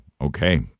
Okay